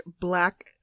black